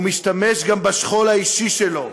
הוא משתמש גם בשכול האישי שלו,